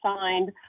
signed